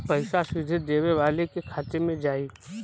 पइसा सीधे देवे वाले के खाते में जाई